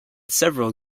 several